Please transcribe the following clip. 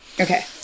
Okay